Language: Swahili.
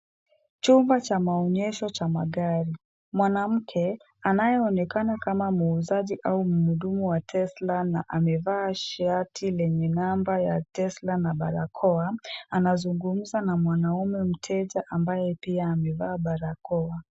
Chumba cha maonyesho cha magari. Mwanamke anayeonekana kama muuzaji au mhudumu wa tesla na amevaa shati lenye namba ya tesla[] na barakoa. Anazungumza na mwanamme mteja ambaye pia amevaa barakoa.